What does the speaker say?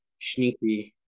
sneaky